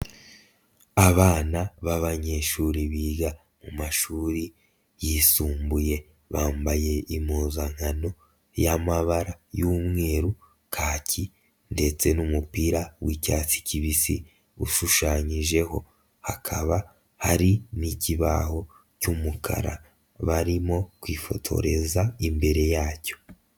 Abana b'abanyeshuri biga mu mashuri yisumbuye, bambaye impuzankano y'amabara y'umweru kaki ndetse n'umupira w'icyatsi kibisi ushushanyijeho, hakaba hari n'ikibaho cy'umukara barimo kwifotoreza imbere yacyo.